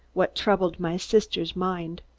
what troubled my sister's mind.